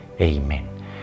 Amen